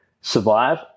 survive